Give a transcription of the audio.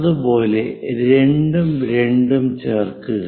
അതുപോലെ 2 ഉം 2 ഉം ചേർക്കുക